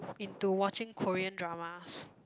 into watching Korean dramas